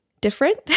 different